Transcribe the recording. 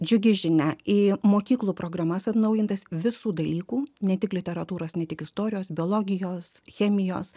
džiugi žinia į mokyklų programas atnaujintas visų dalykų ne tik literatūros ne tik istorijos biologijos chemijos